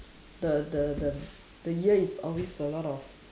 the the the the year is always a lot of